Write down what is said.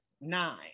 nine